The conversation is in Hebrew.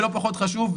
ולא פחות חשוב,